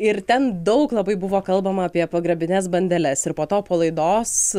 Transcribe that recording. ir ten daug labai buvo kalbama apie pagrabines bandeles ir po to palaidos